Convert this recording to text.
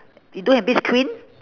you don't have beach queen